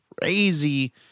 crazy